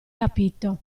capito